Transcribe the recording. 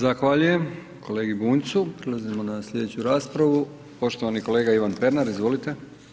Zahvaljujem kolegi Bunjcu, prelazimo na sljedeću raspravu, poštovani kolega Ivan Pernar, izvolite.